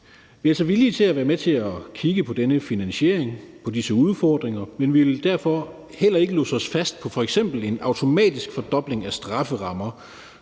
Vi er altså villige til at være med til at kigge på denne finansiering og på disse udfordringer, men vi vil ikke låse os fast på f.eks. en automatisk fordobling af strafferammerne.